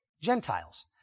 Gentiles